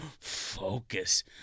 focus